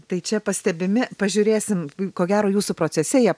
tai čia pastebimi pažiūrėsim ko gero jūsų procese jie